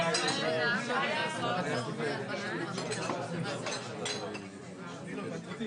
מערכי האבטחה זה דבר שהוא מאוד מאוד משתנה בהתאם למציאות